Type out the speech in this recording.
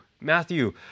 matthew